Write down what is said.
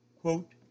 Quote